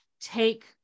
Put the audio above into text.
take